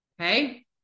Okay